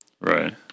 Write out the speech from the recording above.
Right